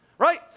right